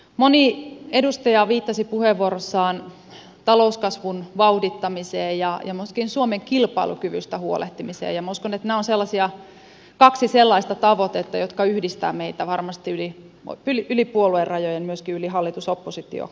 moni edustaja viittasi puheenvuorossaan talouskasvun vauhdittamiseen ja myöskin suomen kilpailukyvystä huolehtimiseen ja minä uskon että nämä ovat kaksi sellaista tavoitetta jotka yhdistävät meitä varmasti yli puoluerajojen ja myöskin yli hallitusoppositiorajan